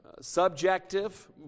subjective